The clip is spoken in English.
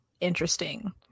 interesting